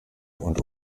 und